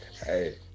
Hey